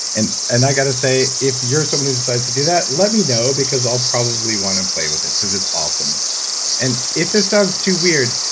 and and i got to say, if you're someone who decides to do that, let me know because i'll probably want to play with it because it's awesome and if this sounds too weird,